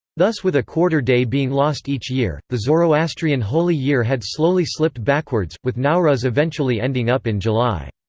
thus with a quarter day being lost each year, the zoroastrian holy year had slowly slipped backwards, with nowruz eventually ending up in july.